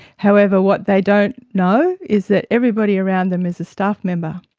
however, what they don't know is that everybody around them is a staff member,